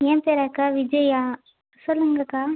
ஏன் பேராக்கா விஜயா சொல்லுங்கக்கா